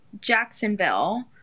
Jacksonville